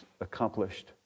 accomplished